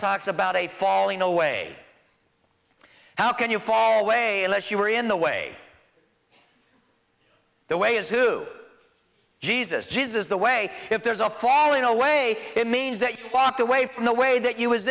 talks about a falling away how can you fall away unless you are in the way the way is who jesus jesus is the way if there's a fall in a way it means that the way from the way that you was